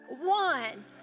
One